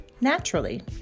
Naturally